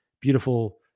beautiful